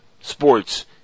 sports